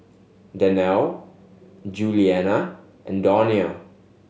Danelle Giuliana and Donia